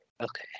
Okay